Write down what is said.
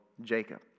Jacob